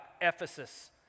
Ephesus